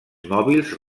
mòbils